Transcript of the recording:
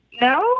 No